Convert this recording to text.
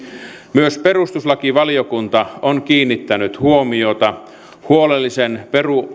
myös perustuslakivaliokunta on kiinnittänyt huomiota huolellisen